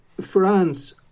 France